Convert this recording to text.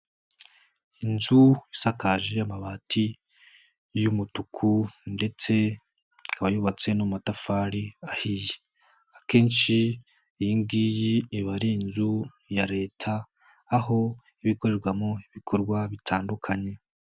Inzu isakaje amabati y'umutuku ndetse ikaba yubatse n'amatafari ahiye, akenshi iyigiyi iba ari inzu ya leta, aho ibikorerwamo ibikorwa bitandukanye.